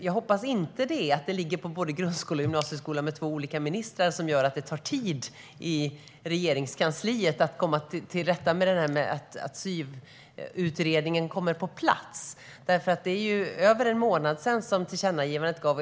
Jag hoppas inte att det är att grundskolan och gymnasieskolan ligger på två olika ministrar som gör att det tar tid i Regeringskansliet att få SYV-utredningen att komma på plats. Det är över en månad sedan tillkännagivandet gavs.